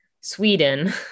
Sweden